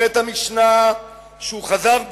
אומרת המשנה שהוא חזר בו.